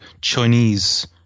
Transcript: Chinese